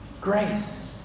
Grace